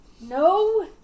No